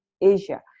Asia